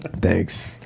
thanks